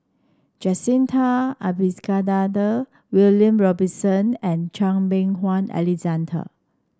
Jacintha Abisheganaden William Robinson and Chan Meng Wah Alexander